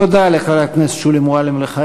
תודה לחברת הכנסת שולי מועלם-רפאלי.